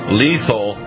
lethal